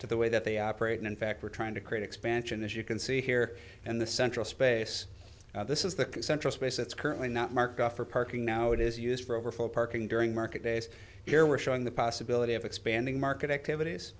to the way that they operate in fact we're trying to create expansion as you can see here in the central space this is the central space that's currently not marked off for parking now it is used for overfull parking during market days here we're showing the possibility of expanding market activities